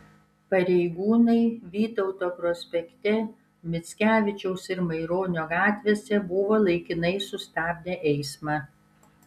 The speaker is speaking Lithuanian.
pareigūnai vytauto prospekte mickevičiaus ir maironio gatvėse buvo laikinai sustabdę eismą